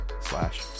slash